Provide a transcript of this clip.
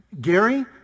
Gary